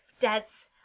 Dad's